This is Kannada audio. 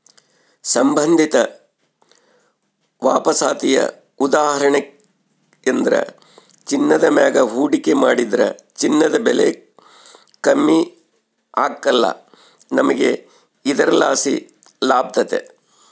ಸಂಬಂಧಿತ ವಾಪಸಾತಿಯ ಉದಾಹರಣೆಯೆಂದ್ರ ಚಿನ್ನದ ಮ್ಯಾಗ ಹೂಡಿಕೆ ಮಾಡಿದ್ರ ಚಿನ್ನದ ಬೆಲೆ ಕಮ್ಮಿ ಆಗ್ಕಲ್ಲ, ನಮಿಗೆ ಇದರ್ಲಾಸಿ ಲಾಭತತೆ